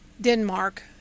Denmark